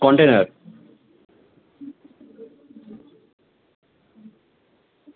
container